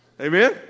Amen